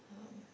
um